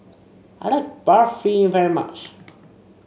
I like Barfi very much